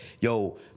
yo